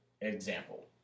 example